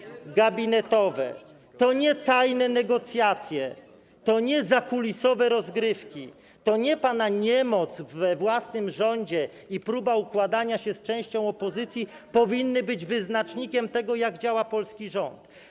to nie zaplecze gabinetowe, to nie tajne negocjacje, to nie zakulisowe rozgrywki, to nie pana niemoc we własnym rządzie i próba układania się z częścią opozycji powinny być wyznacznikiem tego, jak działa polski rząd.